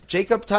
Jacob